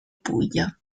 puglia